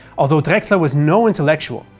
although drexler was no intellectual,